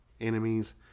Enemies